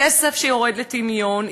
כסף שיורד לטמיון,